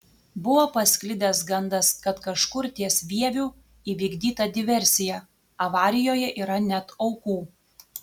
buvo pasklidęs gandas kad kažkur ties vieviu įvykdyta diversija avarijoje yra net aukų